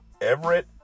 Everett